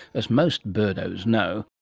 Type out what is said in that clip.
as most birdos know,